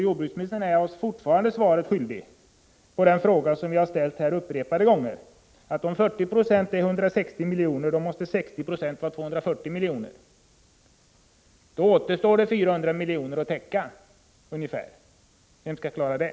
Jordbruksministern är oss fortfarande svaret skyldig på den fråga som vi har ställt upprepade gånger: Om 40 96 är 160 miljoner, då måste 60 96 vara 240 miljoner. Då återstår det ungefär 400 miljoner att täcka. Vem skall klara det?